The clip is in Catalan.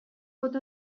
pot